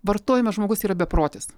vartojime žmogus yra beprotis